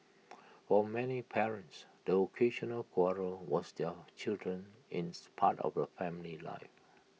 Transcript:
for many parents the occasional quarrel was their children ins part of the family life